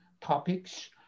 topics